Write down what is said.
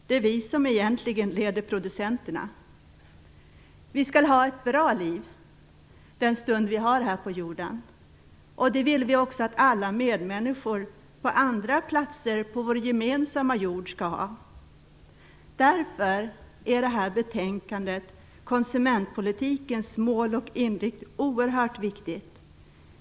Det är vi som egentligen leder producenterna. Vi skall ha ett bra liv, den stund vi har här på jorden. Det vill vi också att alla medmänniskor på andra platser på vår gemensamma jord skall ha. Därför är detta betänkande om konsumentpolitikens mål och inriktning oerhört viktigt.